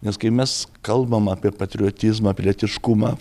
nes kai mes kalbam apie patriotizmą pilietiškumą